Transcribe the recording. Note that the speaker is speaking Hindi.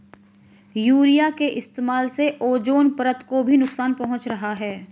यूरिया के इस्तेमाल से ओजोन परत को भी नुकसान पहुंच रहा है